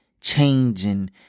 changing